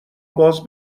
باز